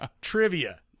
trivia